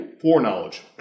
foreknowledge